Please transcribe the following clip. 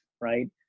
Right